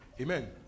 Amen